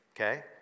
Okay